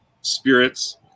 spirits